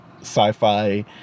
sci-fi